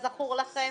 כזכור לכם.